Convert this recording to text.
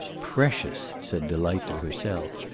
precious! said delight to herself.